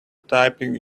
typing